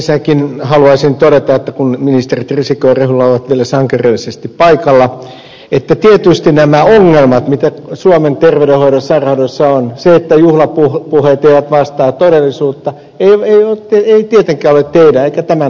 ensinnäkin haluaisin todeta kun ministerit risikko ja rehula ovat vielä sankarillisesti paikalla että tietysti nämä ongelmat mitä suomen terveydenhoidossa ja sairaanhoidossa on ja se että juhlapuheet eivät vastaa todellisuutta eivät tietenkään ole teidän eikä tämän hallituksen vika